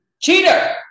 Cheater